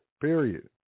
period